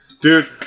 Dude